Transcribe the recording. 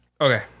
Okay